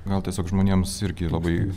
gal tiesiog žmonėms irgi labai